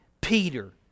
Peter